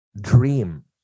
dream